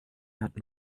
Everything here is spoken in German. hatten